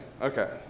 Okay